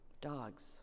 dogs